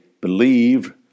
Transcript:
believe